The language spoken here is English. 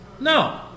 No